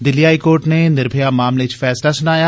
Delhi high court नै निर्भया मामने च फैसला सुनाया